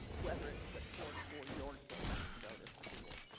whether it's support for your children to go to school.